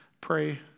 pray